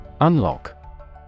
Unlock